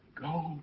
Go